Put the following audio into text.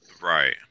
right